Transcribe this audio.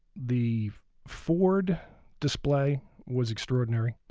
the ford display was extraordinary.